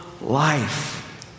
life